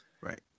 right